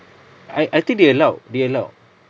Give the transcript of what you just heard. I I think they allow they allow